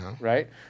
right